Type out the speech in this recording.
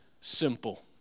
simple